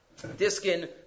Diskin